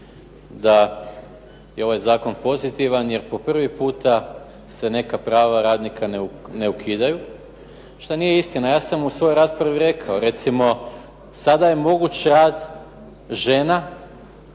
da je ovaj zakon pozitivan, jer po privi puta se neka prava radnika ne ukidaju, što nije istina. Ja sam u svojoj raspravi rekao recimo sada je moguć rad žena,